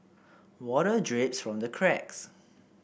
water drips from the cracks